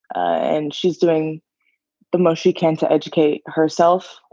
and she's doing the most she can to educate herself,